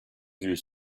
vieux